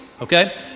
okay